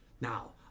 Now